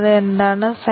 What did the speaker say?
അതുപോലെ മൂന്നാമത്തേത്